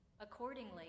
Accordingly